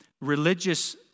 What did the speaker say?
religious